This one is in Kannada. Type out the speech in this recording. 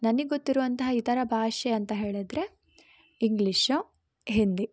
ನನ್ಗೆ ಗೊತ್ತಿರೋ ಅಂಥ ಇತರ ಭಾಷೆ ಅಂತ ಹೇಳಿದ್ರೆ ಇಂಗ್ಲೀಷ ಹಿಂದಿ